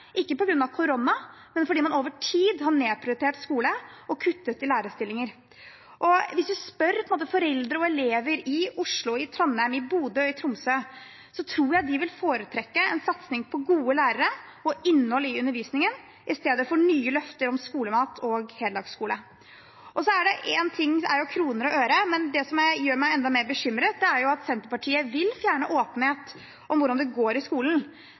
ikke på grunn av korona, men fordi man over tid har nedprioritert skole og kuttet i lærerstillinger. Hvis man spør foreldre og elever i Oslo, i Trondheim, i Bodø og i Tromsø, tror jeg de vil foretrekke en satsing på gode lærere og innhold i undervisningen i stedet for nye løfter om skolemat og heldagsskole. Én ting er kroner og øre, men det som gjør meg enda mer bekymret, er at Senterpartiet vil fjerne åpenhet om hvordan det går i skolen.